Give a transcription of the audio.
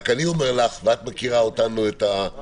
רק אני אומר לך, ואת מכירה אותנו, את הישראלים,